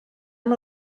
amb